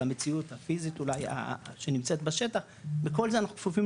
של המציאות הפיזית שנמצאת בשטח וכל זה אנחנו כפופים